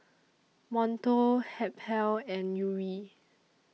Monto Habhal and Yuri